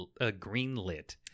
greenlit